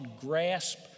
grasp